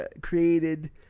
created